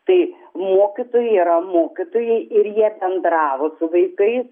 tai mokytojai yra mokytojai ir jie bendravo su vaikais